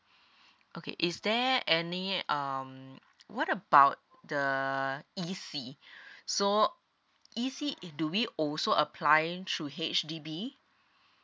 okay is there any um what about the E_C so E_C do we also applying through H_D_B